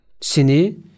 Sini